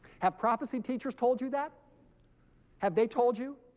have prophecy teachers told you that have they told you